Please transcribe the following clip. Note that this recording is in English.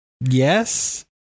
Yes